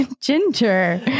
Ginger